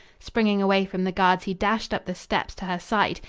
springing away from the guards, he dashed up the steps to her side.